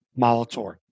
Molitor